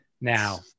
Now